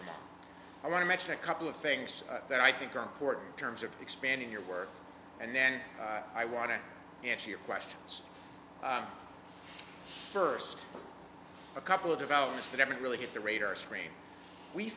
i want to mention a couple of things that i think are important terms of expanding your work and then i want to answer your questions first a couple of developments that ever really get the radar screen we